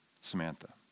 Samantha